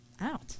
out